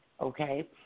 okay